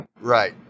Right